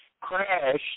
crashed